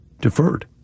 deferred